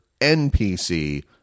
NPC